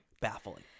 Baffling